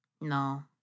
No